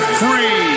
free